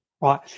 Right